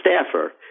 staffer